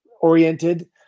oriented